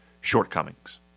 shortcomings